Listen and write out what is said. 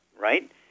right